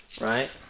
Right